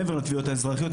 מעבר לתביעות האזרחיות,